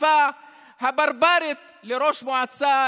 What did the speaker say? התקיפה הברברית של ראש מועצה,